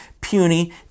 puny